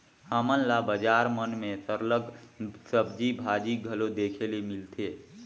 हमन ल बजार मन में सरलग सब्जी भाजी घलो देखे ले मिलथे